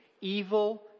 evil